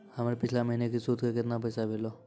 हमर पिछला महीने के सुध के केतना पैसा भेलौ?